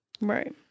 Right